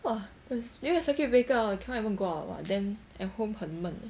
!wah! that's 因为 circuit breaker hor cannot even go out lah then at home 很闷